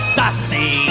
dusty